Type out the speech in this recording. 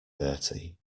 bertie